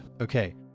Okay